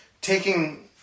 Taking